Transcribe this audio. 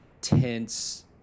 tense